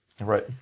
Right